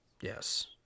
Yes